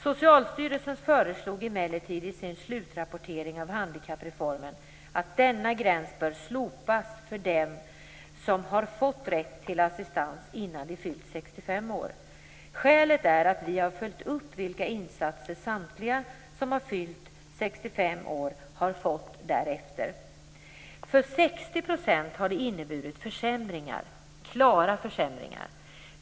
Socialstyrelsen föreslog emellertid i sin slutrapportering av handikappreformen att denna gräns bör slopas för dem som har fått rätt till assistans innan de fyllt 65 år. Skälet är att vi har följt upp vilka insatser samtliga som har fyllt 65 har fått därefter. För 60 % har det inneburit försämringar, klara försämringar.